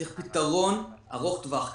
צריך פתרון ארוך טווח.